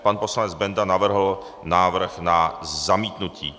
Pan poslanec Benda navrhl návrh na zamítnutí.